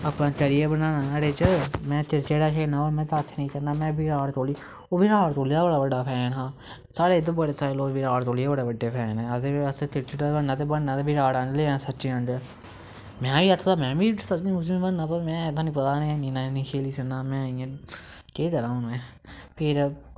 अपना करियर बनाना नहाड़े च में क्रिकेट गै खेलना में होर कक्ख निं करनां में विराट कोह्ली विराट कोह्ली दा बड़ा बड्डा फैन हा ओह् साढ़े इद्धर बड़े सारे लोग विराट कोह्ली दे बड़े बड्डे फैन न आखदे असैं क्रिकेटर बनना ते बननां विराट कोह्ली जां सचिन आंह्गर में बी आखदा हा में बी सचिन बनना पर में थोआनू पता ऐ में इन्ना निं खेली सकनां में इ'यां हून केह् करां में